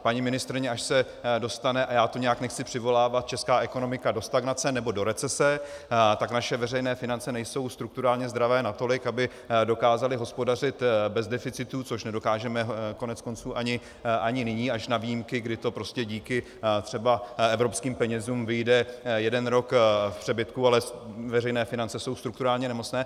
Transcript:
Paní ministryně, až se dostane a já to nechci nijak přivolávat česká ekonomika do stagnace nebo do recese, tak naše veřejné finance nejsou strukturálně zdravé natolik, aby dokázaly hospodařit bez deficitů, což nedokážeme koneckonců ani nyní až na výjimky, kdy to prostě díky třeba evropským penězům vyjde jeden rok v přebytku, ale veřejné finance jsou strukturálně nemocné.